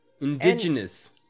Indigenous